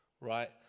right